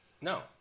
No